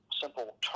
simple